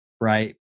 right